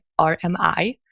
RMI